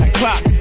clock